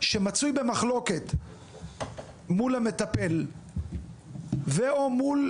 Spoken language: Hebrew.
שמצוי במחלוקת מול המטפל או מול